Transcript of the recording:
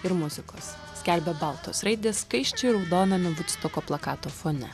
ir muzikos skelbia baltos raidės skaisčiai raudoname vudstoko plakato fone